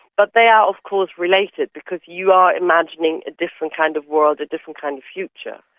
but they are of course related because you are imagining a different kind of world, different kind of future